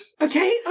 okay